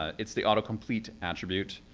it's the autocomplete attribute,